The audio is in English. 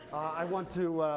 i want to